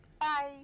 Bye